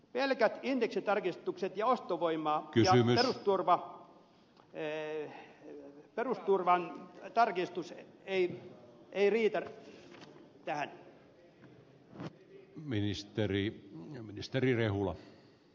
pelkät indeksitarkistukset ostovoimaan perusturvan tarkistukset eivät riitä tähän